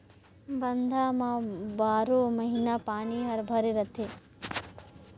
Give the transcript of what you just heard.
बांध म बारो महिना पानी हर भरे रथे